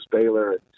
Baylor